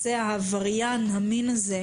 עבריין המין הזה,